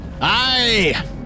Aye